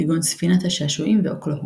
כגון "ספינת השעשועים" ו"אוקלהומה!".